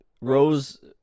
Rose